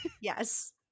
Yes